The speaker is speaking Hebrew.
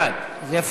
ועדת הכנסת תכריע.